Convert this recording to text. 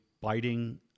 biting